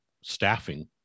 staffing